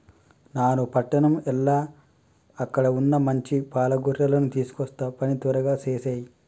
నాను పట్టణం ఎల్ల అక్కడ వున్న మంచి పాల గొర్రెలను తీసుకొస్తా పని త్వరగా సేసేయి